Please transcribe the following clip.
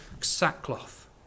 sackcloth